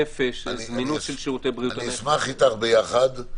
אשמח אתך ביחד.